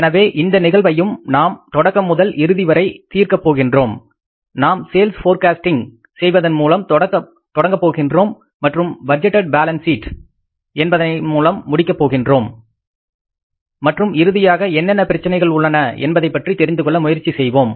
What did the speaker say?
எனவே இந்த நிகழ்வையும் நாம் தொடக்கம் முதல் இறுதிவரை விரிவாக தீர்க்க போகின்றோம் நாம் சேல்ஸ் போர்காஸ்டிங் செய்வதன் மூலம் தொடங்கப் போகிறோம் மற்றும் பட்ஜெட்டேட் பாலன்ஸ் சீட் என்பதன் மூலம் முடிக்க போகின்றோம் மற்றும் இறுதியாக என்னென்ன பிரச்சினைகள் உள்ளன என்பதைப் பற்றி தெரிந்துகொள்ள முயற்சி செய்வோம்